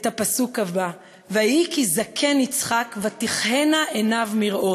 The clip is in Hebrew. הפסוק הבא: "ויהי כי זקן יצחק ותכהיןָ עיניו מראת"